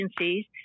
agencies